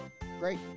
great